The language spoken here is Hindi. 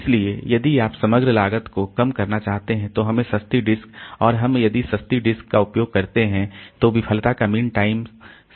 इसलिए यदि आप समग्र लागत को कम करना चाहते हैं तो हमें सस्ती डिस्क और हम यदि सस्ती डिस्क का उपयोग करते हैं तो विफलता का मीन टाइम समय कम होगा